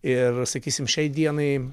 ir sakysim šiai dienai